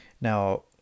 now